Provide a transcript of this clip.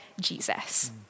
Jesus